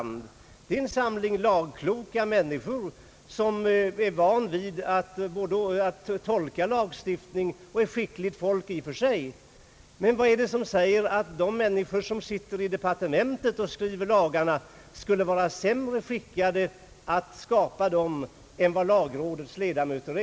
Lagrådet består av en samling lagkloka personer som är vana vid att tolka lagar och som är skickliga i och för sig. Men vad är det som säger att de jurister i departementet som skriver lagarna skulle vara sämre skickade att skapa lagar än lagrådets ledamöter?